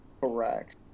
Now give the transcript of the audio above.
Correct